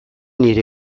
nire